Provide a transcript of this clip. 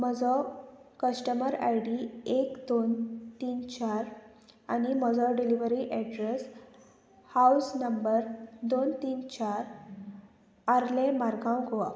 म्हजो customer I D एक दोन तीन चार आनी म्हजो डिलिव्हरी एड्रेस हावज नंबर दोन तीन चार आरले मार्गांव गोवा